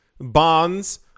bonds